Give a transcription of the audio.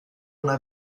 una